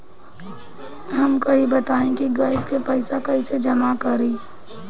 हमका ई बताई कि गैस के पइसा कईसे जमा करी?